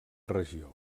regió